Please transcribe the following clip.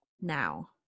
now